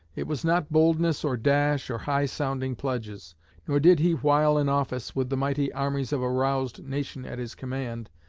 it was not boldness or dash, or high-sounding pledges nor did he while in office, with the mighty armies of a roused nation at his command,